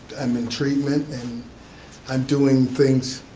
i'm in treatment and i'm doing things,